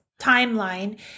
timeline